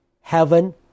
Heaven